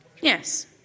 Yes